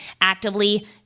actively